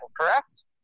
Correct